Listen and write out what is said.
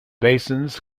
basins